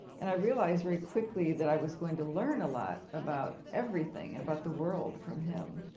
and i realized very quickly that i was going to learn a lot about everything, about the world from him.